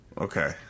Okay